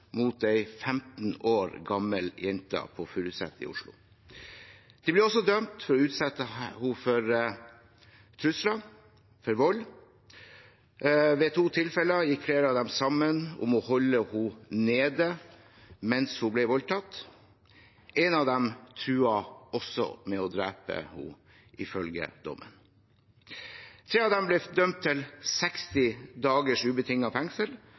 mot en 15 år gammel jente på Furuset i Oslo. De ble også dømt for å utsette henne for trusler og for vold. Ved to tilfeller gikk flere av dem sammen om å holde henne nede mens hun ble voldtatt. En av dem truet også med å drepe henne, ifølge dommen. Tre av dem ble dømt til 60 dagers ubetinget fengsel